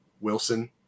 Wilson